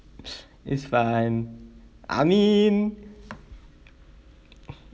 it's fine I mean